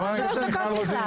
למה שלוש דקות בכלל?